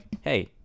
hey